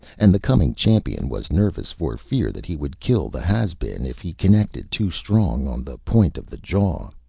and the coming champion was nervous for fear that he would kill the has-been if he connected too strong on the point of the jaw.